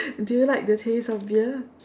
do you like the taste of beer